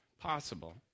possible